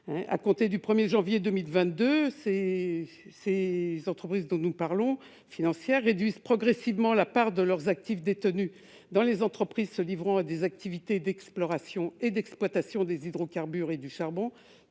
compter du 1 janvier 2022 les entreprises financières réduisent « progressivement la part de leurs actifs détenus dans les entreprises se livrant à des activités d'exploration et d'exploitation des hydrocarbures et du charbon